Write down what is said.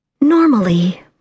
normally